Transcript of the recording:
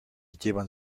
lleva